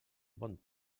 bon